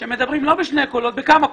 שמדברים לא בשני קולות בכמה קולות.